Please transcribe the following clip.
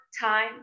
time